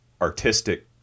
artistic